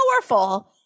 powerful